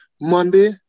Monday